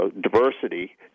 diversity